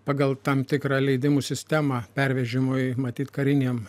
pagal tam tikrą leidimų sistemą pervežimui matyt karinėm